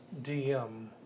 DM